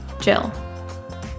Jill